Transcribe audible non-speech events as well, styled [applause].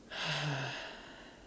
[noise]